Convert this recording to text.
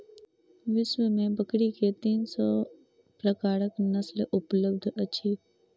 विश्व में बकरी के तीन सौ प्रकारक नस्ल उपलब्ध अछि